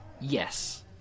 Yes